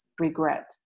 regret